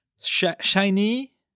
shiny